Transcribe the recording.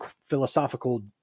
philosophical